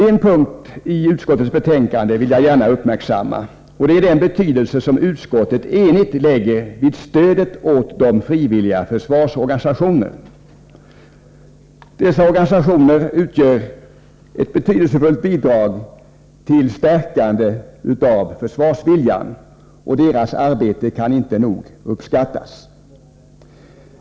En punkt i utskottets betänkande vill jag gärna uppmärksamma, nämligen den betydelse som utskottet enigt lägger vid stödet åt de frivilliga försvarsorganisationerna. Dessa utgör ett betydelsefullt bidrag till stärkandet av försvarsviljan, och deras arbete kan inte nog uppskattas.